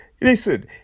listen